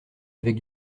avec